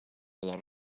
lot